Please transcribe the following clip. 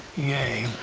yea!